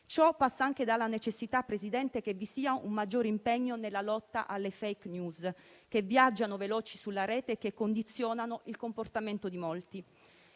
Ciò passa anche dalla necessità, Presidente, che vi sia un maggiore impegno nella lotta alle *fake news*, che viaggiano veloci sulla Rete e che condizionano il comportamento di molti.